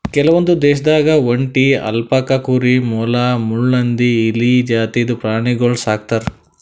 ಕೆಲವೊಂದ್ ದೇಶದಾಗ್ ಒಂಟಿ, ಅಲ್ಪಕಾ ಕುರಿ, ಮೊಲ, ಮುಳ್ಳುಹಂದಿ, ಇಲಿ ಜಾತಿದ್ ಪ್ರಾಣಿಗೊಳ್ ಸಾಕ್ತರ್